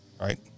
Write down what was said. Right